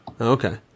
Okay